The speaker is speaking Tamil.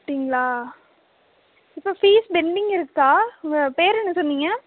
அப்படிங்களா இப்போ ஃபீஸ் பெண்டிங் இருக்கா உங்கள் பேர் என்ன சொன்னிங்க